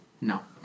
No